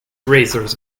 razors